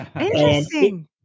Interesting